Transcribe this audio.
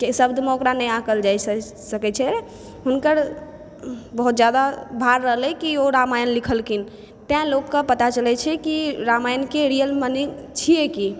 शब्दमे ओकरा नहि आङ्कल जा सकै छै हुनकर बहुत जादा भार रहलै कि ओ रामायण लिखलखिन तैं लोकके पता चलै छे कि रामायणके रियल माने छियै की